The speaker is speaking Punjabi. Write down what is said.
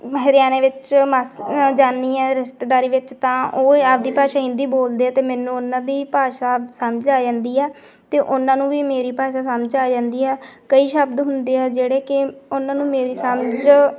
ਹਰਿਆਣੇ ਵਿੱਚ ਮਾਸ ਜਾਂਦੀ ਹਾਂ ਰਿਸ਼ਤੇਦਾਰੀ ਵਿੱਚ ਤਾਂ ਉਹ ਆਪਦੀ ਭਾਸ਼ਾ ਹਿੰਦੀ ਬੋਲਦੇ ਆ ਅਤੇ ਮੈਨੂੰ ਉਹਨਾਂ ਦੀ ਭਾਸ਼ਾ ਸਮਝ ਆ ਜਾਂਦੀ ਆ ਅਤੇ ਉਹਨਾਂ ਨੂੰ ਵੀ ਮੇਰੀ ਭਾਸ਼ਾ ਸਮਝ ਆ ਜਾਂਦੀ ਆ ਕਈ ਸ਼ਬਦ ਹੁੰਦੇ ਆ ਜਿਹੜੇ ਕਿ ਉਹਨਾਂ ਨੂੰ ਮੇਰੀ ਸਮਝ